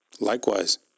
Likewise